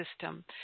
system